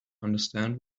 understand